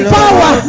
power